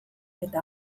eta